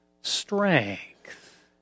strength